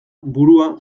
burua